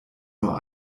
nur